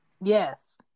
Yes